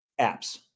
Apps